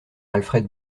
alfred